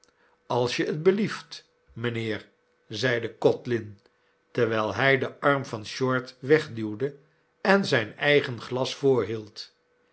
als t je belieft mijnheer zeide codlin terwijl hij den arm van short wegduwde en zijn eigen glas voorhield